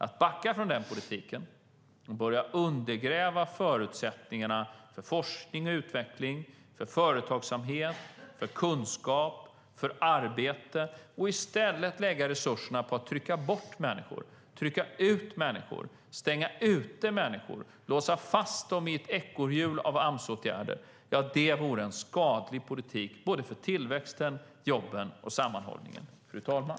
Att backa från den politiken och börja undergräva förutsättningarna för forskning och utveckling, för företagsamhet, för kunskap, för arbete och i stället lägga resurserna på att trycka bort människor, trycka ut människor, stänga ute människor, låsa fast människor i ett ekorrhjul av Amsåtgärder vore en skadlig politik för tillväxten, jobben och sammanhållningen, fru talman.